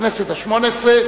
הכנסת השמונה-עשרה,